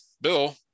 bill